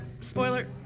Spoiler